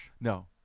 No